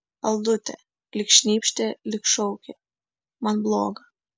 aldute lyg šnypštė lyg šaukė man bloga